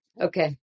Okay